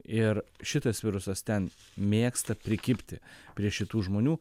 ir šitas virusas ten mėgsta prikibti prie šitų žmonių